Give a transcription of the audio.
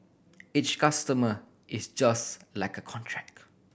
each customer is just like a contract